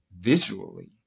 visually